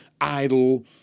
idle